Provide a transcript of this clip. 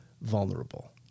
vulnerable